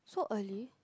so early